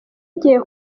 agiye